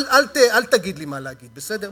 אל תגיד לי מה להגיד, בסדר?